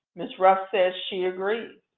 ms. rust says she agrees.